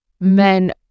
men